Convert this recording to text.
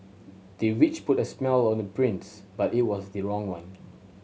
the witch put a spell on the prince but it was the wrong one